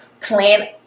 plan